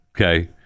okay